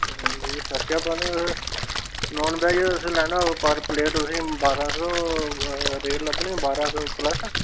हां जी खर्चा पानी तुस नान वेज तुसेंगी लैना होग पर प्लेट तुसेंगी बारां सौ रेट लब्भने बारां सौ प्लस